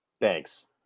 Thanks